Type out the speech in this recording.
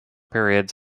periods